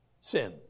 sin